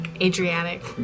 Adriatic